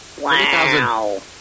Wow